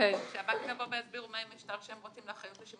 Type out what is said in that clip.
שהבנק יבוא ויסביר מהו השלב שהם רוצים לאחריות בשימוש